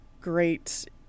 great